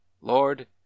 Lord